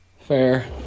Fair